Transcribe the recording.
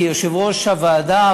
כיושב-ראש הוועדה,